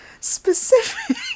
specific